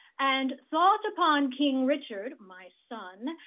and thought upon king richard, my son,